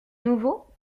nouveau